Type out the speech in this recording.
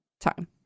time